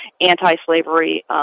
anti-slavery